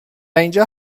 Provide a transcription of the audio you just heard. اینجا